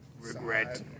Regret